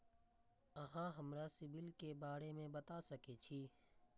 अहाँ हमरा सिबिल के बारे में बता सके छी?